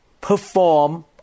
perform